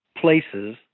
places